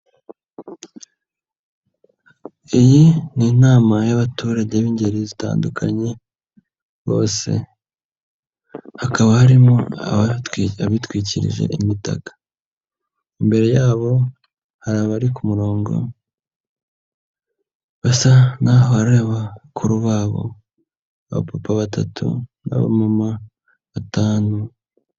Iyi ni inama y'abaturage b'ingeri zitandukanye bose hakaba harimo abitwikirije imitaka, imbere yabo hari abari ku murongo basa naho hari bakuru babo abapapa batatu n'abamama batanu.